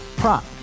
prop